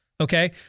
okay